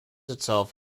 itself